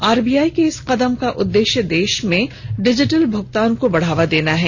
RBI के इस कदम का उद्देश्य देश में डिजिटल भुगतान को बढ़ावा देना है